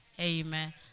Amen